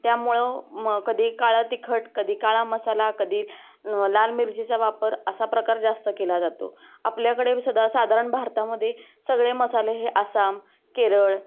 त्यामुळं म कधी काळा तिखट कधी काळा मसाला कधी लाल मिरचीचा वापर असा प्रकार जास्त केला जातो आपल्याकडे सदा साधारण भारतामध्ये सगळे मसाले हे आसाम केरळ